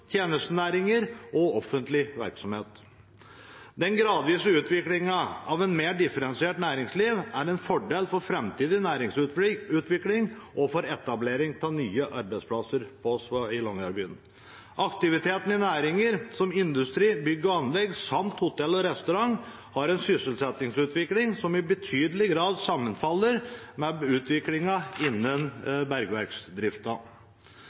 tjenestenæringer og offentlig virksomhet. Den gradvise utviklingen av et mer differensiert næringsliv er en fordel for framtidig næringsutvikling og for etablering av nye arbeidsplasser i Longyearbyen. Aktiviteten i næringer som industri, bygg og anlegg samt hotell og restaurant har en sysselsettingsutvikling som i betydelig grad sammenfaller med utviklingen innen